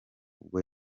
ubwo